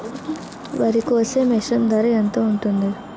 వరి కోసే మిషన్ ధర ఎంత ఉంటుంది?